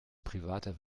privater